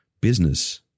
business